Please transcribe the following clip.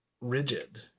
rigid